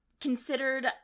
considered